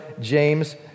James